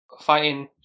fighting